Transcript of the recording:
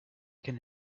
can